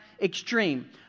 extreme